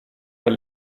per